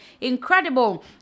incredible